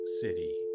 city